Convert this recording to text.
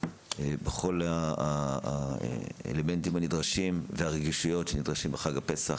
בכל האלמנטים הנדרשים והרגישויות שנדרשים בחג הפסח.